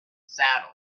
saddle